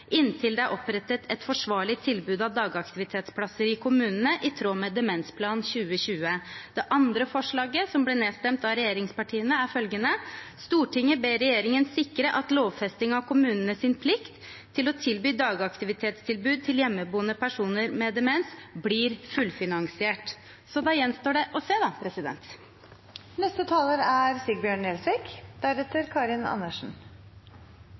inntil det er oppretta eit forsvarleg tilbod av dagaktivitetsplassar i kommunane i tråd med Demensplan 2020.» Det andre forslaget som ble nedstemt av regjeringspartiene, er følgende: «Stortinget ber regjeringa sikre at lovfesting av kommunane si plikt til å tilby dagaktivitetstilbod til heimebuande personar med demens vert fullfinansiert.» Så da gjenstår det å se.